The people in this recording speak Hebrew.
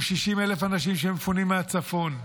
עם 60,000 אנשים שמפונים מהצפון,